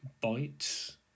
bites